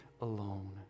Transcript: alone